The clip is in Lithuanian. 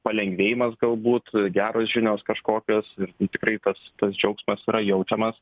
palengvėjimas galbūt geros žinios kažkokios ir tikrai tas tas džiaugsmas yra jaučiamas